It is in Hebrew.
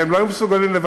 והם לא היו מסוגלים לבצע,